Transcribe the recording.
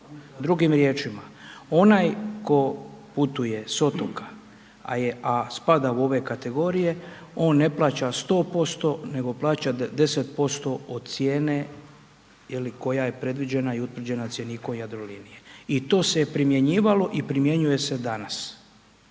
Drugim riječima, onaj tko putuje s otoka a spada u ove kategorije, on ne plaća 100% nego plaća 10% od cijene ili koja je predviđena i utvrđena cjeniku Jadrolinije. I to se primjenjivalo i primjenjuje se danas.